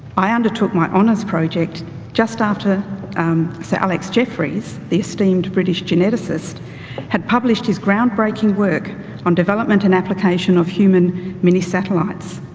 i undertook my honours project just after sir alec jeffreys, the esteemed british geneticist had published his groundbreaking work on development and application of human mini satellites.